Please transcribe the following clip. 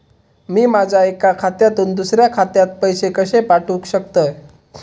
मी माझ्या एक्या खात्यासून दुसऱ्या खात्यात पैसे कशे पाठउक शकतय?